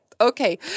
Okay